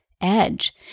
edge